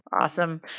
Awesome